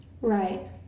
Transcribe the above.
right